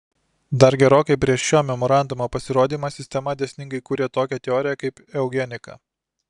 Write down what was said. dar gerokai prieš šio memorandumo pasirodymą sistema dėsningai kūrė tokią teoriją kaip eugenika